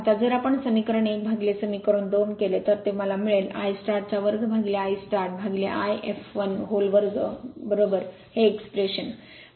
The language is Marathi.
आता जर आपण समीकरण १ समीकरण २ विभाजित केले तर ते मला मिळेल I start 2I startI fl whole 2 हे एक्स्प्रेशन बरोबर